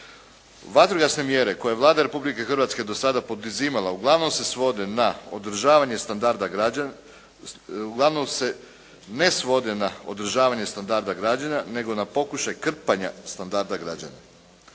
Vatrogasne mjere koje je Vlada Republike Hrvatske do sada poduzimala uglavnom se svode na održavanje standarda građana, uglavnom se ne svode na održavanje standarda građana